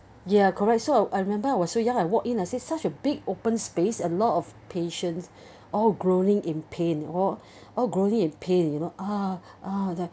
ya correct so I remember I was so young I walk in and I see such a big open space a lot of patients all groaning in pain !wah! all groaning in pain you know ah ah there